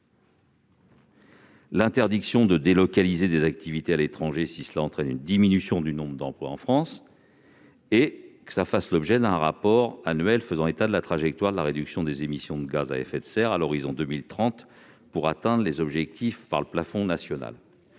l'interdiction de délocaliser des activités à l'étranger si cela entraîne une diminution du nombre d'emplois en France ; et la remise d'un rapport annuel faisant état de la trajectoire de la réduction des émissions de gaz à effet de serre à l'horizon de 2030 pour atteindre les objectifs fixés par le plafond national.